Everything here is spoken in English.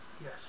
Yes